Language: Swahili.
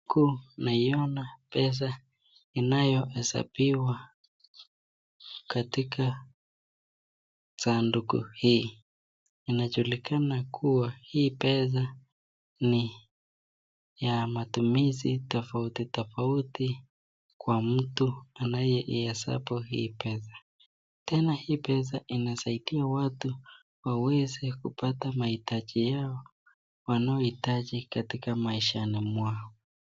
Huku naiona ni pesa iki hesabiwa katika sanduku hii, ina julikana kuwa hii ni pesa ya matumizi tofauti tofauti kwa mtu anaye hesabu hii pesa, tena hii pesa ina saidia watu waweze kupata mahitaji yao wanao hitaji katika maishani mwao.